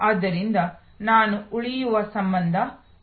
ಆದ್ದರಿಂದ ನಾನು ಉಳಿಯುವ ಸಂಬಂಧ ಮತ್ತು ಎರಡೂ ಪಕ್ಷಗಳು ಸಹಕರಿಸಬಹುದು